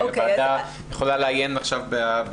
ובלבד שלא יעבירו למנהל מידע אישי על הנוסעים,